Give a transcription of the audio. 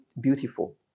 beautiful